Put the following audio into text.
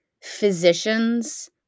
physicians